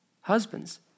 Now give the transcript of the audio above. husbands